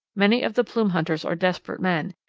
many of the plume hunters are desperate men,